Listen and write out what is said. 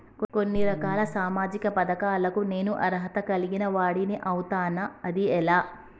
కొన్ని రకాల సామాజిక పథకాలకు నేను అర్హత కలిగిన వాడిని అవుతానా? అది ఎలా?